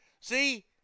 See